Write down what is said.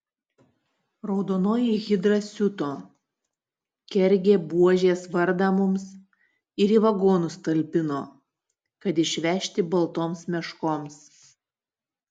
raudonoji hidra siuto kergė buožės vardą mums ir į vagonus talpino kad išvežti baltoms meškoms